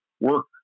work